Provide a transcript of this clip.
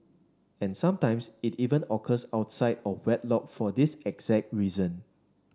and sometimes it even occurs outside of wedlock for this exact reason